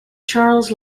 charles